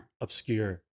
obscure